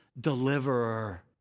deliverer